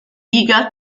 liga